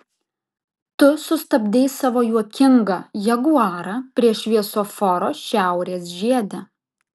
tu sustabdei savo juokingą jaguarą prie šviesoforo šiaurės žiede